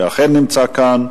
שאכן נמצא כאן: